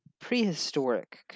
prehistoric